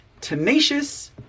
tenacious